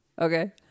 Okay